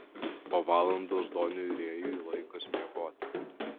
po valandos doniui rėjui laikas miegoti